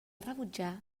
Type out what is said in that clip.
rebutjar